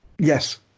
Yes